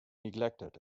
neglected